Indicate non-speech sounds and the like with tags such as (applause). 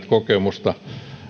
(unintelligible) kokemusta